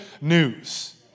news